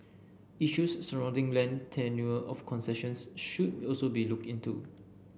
issues surrounding land tenure of concessions should also be looked into